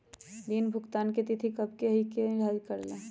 ऋण भुगतान की तिथि कव के होई इ के निर्धारित करेला?